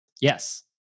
yes